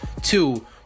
Two